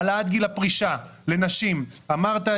העלאת גיל פרישה לנשים אמרת,